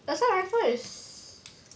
assault rifle is